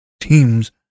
teams